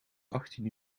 achttien